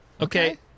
Okay